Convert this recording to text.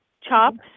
Chopped